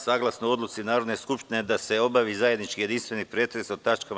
Saglasno odluci Narodne skupštine da se obavi zajednički jedinstveni pretres o tač.